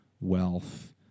wealth